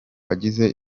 agize